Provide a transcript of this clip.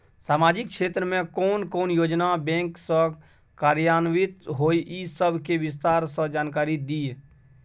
सामाजिक क्षेत्र के कोन कोन योजना बैंक स कार्यान्वित होय इ सब के विस्तार स जानकारी दिय?